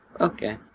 Okay